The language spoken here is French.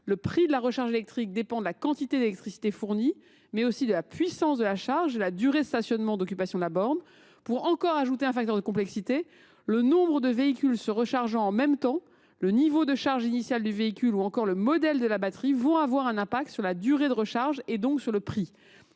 le prix de la recharge électrique dépend de la quantité d’électricité fournie, mais aussi de la puissance de la charge et de la durée de stationnement et d’occupation de la borne. Pour ajouter encore de la complexité, d’autres facteurs, tels que le nombre de véhicules qui se rechargent en même temps, le niveau de charge initiale du véhicule ou encore le modèle de la batterie, ont des répercussions sur la durée de recharge et donc sur le prix.